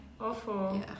Awful